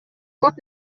көп